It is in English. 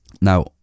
Now